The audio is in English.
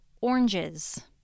oranges